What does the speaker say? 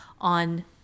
on